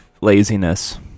laziness